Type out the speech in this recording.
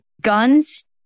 guns